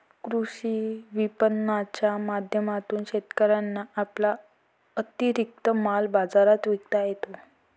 कृषी विपणनाच्या माध्यमातून शेतकऱ्यांना आपला अतिरिक्त माल बाजारात विकता येतो